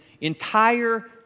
entire